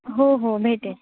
हो हो भेटेल